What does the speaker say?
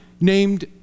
named